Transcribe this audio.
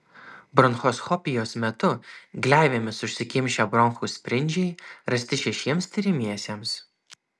bronchoskopijos metu gleivėmis užsikimšę bronchų spindžiai rasti šešiems tiriamiesiems